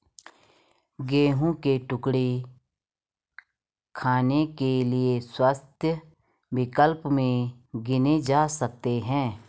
गेहूं के टुकड़े खाने के लिए स्वस्थ विकल्प में गिने जा सकते हैं